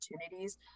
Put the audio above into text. opportunities